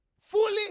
Fully